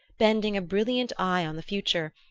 bending a brilliant eye on the future,